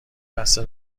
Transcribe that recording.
بسته